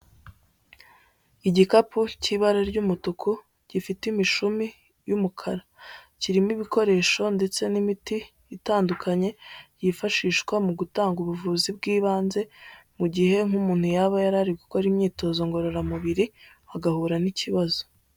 Igikapu cy'ibara ry'umutuku gifite imishumi y'umukara, kirimo ibikoresho ndetse n'imiti itandukanye yifashishwa mu gutanga ubuvuzi bw'ibanze mu gihe nk'umuntu yaba yari gukora imyitozo ngororamubiri agahura n'ikibazo.